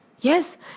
Yes